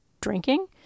drinking